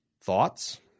thoughts